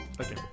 Okay